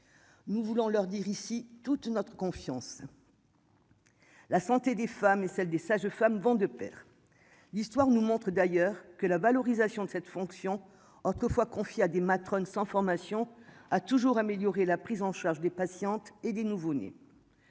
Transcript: nous voulons leur dire ici toute notre confiance. La santé des femmes et celle des sages femmes vont de Pair, l'histoire nous montre d'ailleurs que la valorisation de cette fonction autrefois confiée à des matrones sans formation à toujours améliorer la prise en charge des patientes et des nouveau-nés.